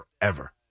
forever